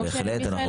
כמו שמיכאל אמר.